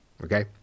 Okay